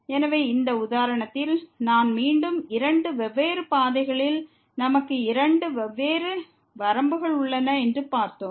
எனவே இந்த உதாரணத்தில் நான் மீண்டும் இரண்டு வெவ்வேறு பாதைகளில் நமக்கு இரண்டு வெவ்வேறு வரம்புகள் உள்ளன என்று பார்த்தோம்